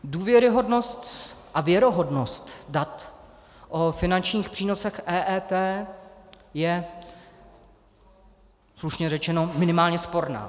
Důvěryhodnost a věrohodnost dat o finančních přínosech EET je slušně řečeně minimálně sporná.